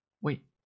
Wait